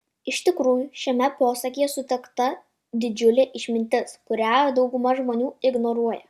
iš tikrųjų šiame posakyje sutelkta didžiulė išmintis kurią dauguma žmonių ignoruoja